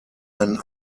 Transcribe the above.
einen